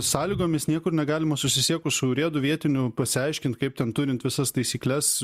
sąlygomis niekur negalima susisiekus su urėdu vietiniu pasiaiškint kaip ten turint visas taisykles